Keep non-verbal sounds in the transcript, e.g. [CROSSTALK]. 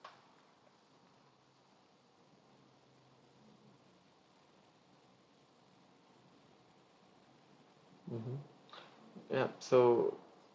mmhmm [BREATH] yup so